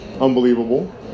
unbelievable